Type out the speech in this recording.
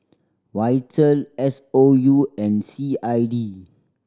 Vital S O U and C I D